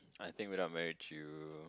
I think without marriage you